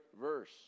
verse